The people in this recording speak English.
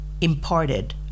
imparted